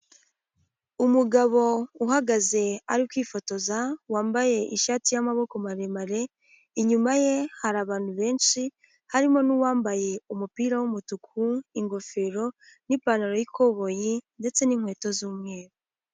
Umugabo uhagaze ari kwifotoza wambaye ishati y'amaboko maremare inyuma ye hari abantu benshi harimo n'uwambaye umupira w'umutuku ingofero n'ipantaro y'ikoboyi ndetse n'inkweto z'umweru.